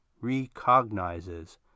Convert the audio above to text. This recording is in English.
recognizes